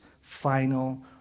final